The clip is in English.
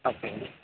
okay